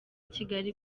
kigali